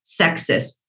sexist